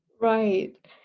Right